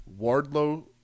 Wardlow